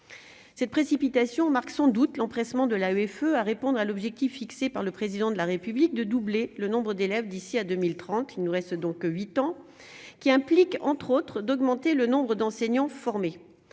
cette précipitation marque sans doute l'empressement de la EFE à répondre à l'objectif fixé par le président de la République de doubler le nombre d'élèves, d'ici à 2030, il nous reste donc 8 ans qui implique, entre autres, d'augmenter le nombre d'enseignants formés,